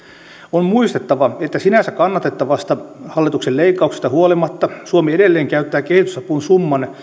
on muistettava että sinänsä kannatettavista hallituksen leikkauksista huolimatta suomi edelleen käyttää kehitysapuun summan